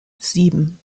sieben